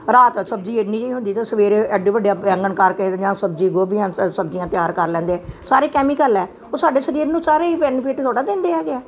ਰਾਤ ਸਬਜੀ ਇਨੀ ਹੁੰਦੀ ਤਾਂ ਸਵੇਰੇ ਐਡੇ ਵੱਡੇ ਬੈਂਗਨ ਕਰਕੇ ਕਈ ਸਬਜੀ ਗੋਭੀਆ ਸਬਜੀਆਂ ਤਿਆਰ ਕਰ ਲੈਂਦੇ ਸਾਰੇ ਕੈਮੀਕਲ ਹੈ ਉਹ ਸਾਡੇ ਸਰੀਰ ਨੂੰ ਸਾਰੇ ਹੀ ਬੈਨੀਫਿਟ ਥੋੜਾ ਦਿੰਦੇ ਹੈਗੇ ਆ